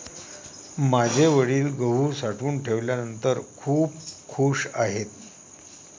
माझे वडील गहू साठवून ठेवल्यानंतर खूप खूश आहेत